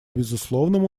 безусловном